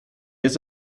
has